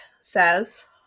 says